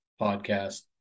podcast